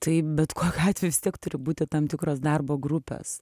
tai bet kokiu atveju vis tiek turi būti tam tikros darbo grupės